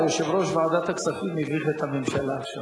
יושב-ראש ועדת הכספים מביך את הממשלה עכשיו.